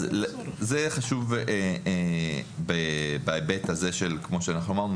חשוב בהיבט הזה כמו שאנחנו אמרנו,